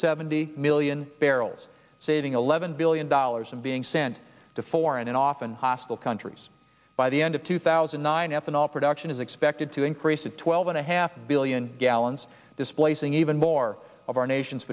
seventy million barrels saving eleven billion dollars and being sent to foreign and often hostile countries by the end of two thousand and nine ethanol production is expected to increase to twelve and a half billion gallons displacing even more of our nation's